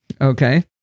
Okay